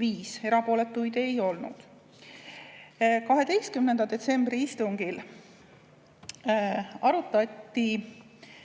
5, erapooletuid ei olnud.12. detsembri istungil arutati